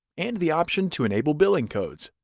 and the option to enable billing codes.